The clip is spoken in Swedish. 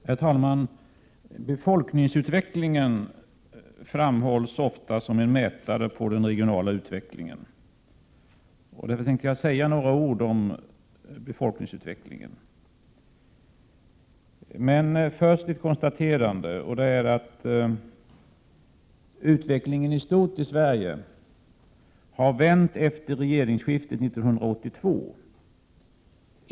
Herr talman! Befolkningsutvecklingen framhålls ofta som en mätare på den regionala utvecklingen, och den tänkte jag säga några ord om. Först ett konstaterande: Utvecklingen i stort i Sverige har vänt efter regeringsskiftet 1982.